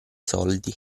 soldi